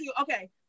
okay